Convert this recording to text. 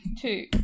two